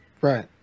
Right